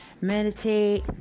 Meditate